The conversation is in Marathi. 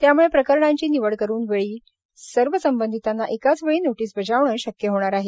त्याम्ळं प्रकरणांची निवड करून वेळी सर्व संबंधितांना एकाचवेळी नोटीस बजावणे शक्य होणार आहे